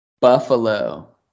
Buffalo